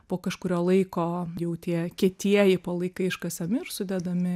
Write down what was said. po kažkurio laiko jau tie kietieji palaikai iškasami ir sudedami